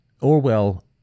Orwell